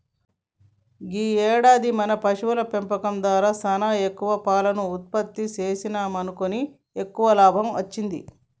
ఈ ఏడాది మన పశువుల పెంపకం దారా సానా ఎక్కువ పాలను ఉత్పత్తి సేసినాముమనకి ఎక్కువ లాభం అచ్చింది